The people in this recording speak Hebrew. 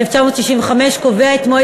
שרים